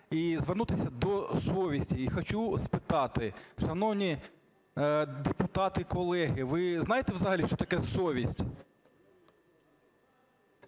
Дякую.